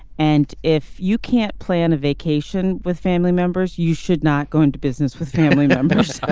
and if you can't plan a vacation with family members you should not go into business with family members